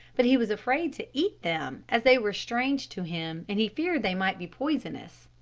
but he was afraid to eat them, as they were strange to him and he feared they might be poisonous.